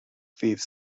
ddydd